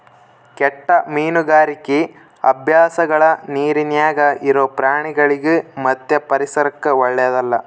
ಕೆಟ್ಟ ಮೀನುಗಾರಿಕಿ ಅಭ್ಯಾಸಗಳ ನೀರಿನ್ಯಾಗ ಇರೊ ಪ್ರಾಣಿಗಳಿಗಿ ಮತ್ತು ಪರಿಸರಕ್ಕ ಓಳ್ಳೆದಲ್ಲ